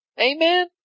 Amen